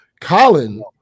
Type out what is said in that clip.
Colin